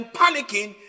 panicking